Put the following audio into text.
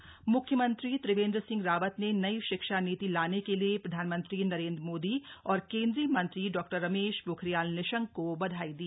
म्ख्यमंत्री त्रिवेन्द्र सिंह रावत ने नई शिक्षा नीति लाने के लिए प्रधानमंत्री नरेन्द्र मोदी और केन्द्रीय मंत्री डॉ रमेश पोखरियाल निशंक को बधाई दी